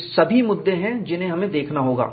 ये सभी मुद्दे हैं जिन्हें हमें देखना होगा